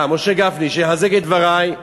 משה גפני, שיחזק את דברי,